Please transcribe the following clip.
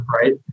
right